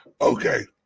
Okay